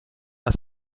are